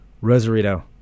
Rosarito